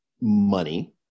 money